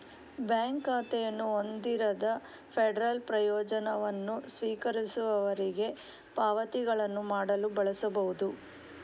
bank ಖಾತೆಯನ್ನು ಹೊಂದಿರದ federal ಪ್ರಯೋಜನವನ್ನು ಸ್ವೀಕರಿಸುವವರಿಗೆ ಪಾವತಿಗಳನ್ನು ಮಾಡಲು ಬಳಸಬಹುದು